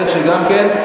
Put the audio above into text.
שגם כן,